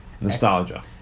nostalgia